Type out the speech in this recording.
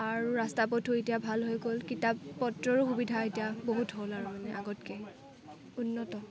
আৰু ৰাস্তা পথো এতিয়া ভাল হৈ গ'ল কিতাপ পত্ৰৰো সুবিধা এতিয়া বহুত হ'ল আৰু মানে আগতকে উন্নত